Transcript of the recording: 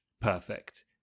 perfect